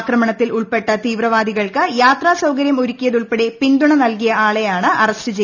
ആക്രമണത്തിൽ ഉൾപ്പെട്ട തീവ്രവാദികൾക്ക് യാത്രാ ൃ സൌകര്യം ഒരുക്കിയത് ഉൾപ്പെടെ പിന്തുണ നൽകിയ ആളെയ്ട്ട്ണ്ട് അറസ്റ്റ് ചെയ്തത്